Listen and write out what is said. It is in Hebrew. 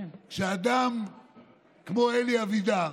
כשאדם כמו אלי אבידר,